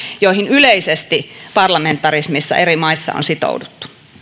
joihin yleisesti parlamentarismissa eri maissa on sitouduttu